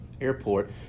airport